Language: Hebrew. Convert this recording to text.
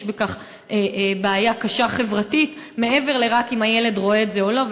יש בכך בעיה קשה חברתית מעבר לרק אם הילד רואה את זה או לא.